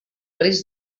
risc